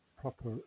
proper